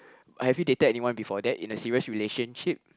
have you dated anyone before that in a serious relationship